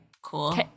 Cool